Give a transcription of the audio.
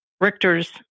Richter's